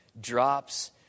drops